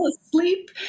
asleep